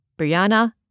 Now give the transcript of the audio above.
Brianna